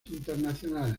internacionales